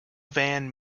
van